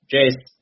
Jace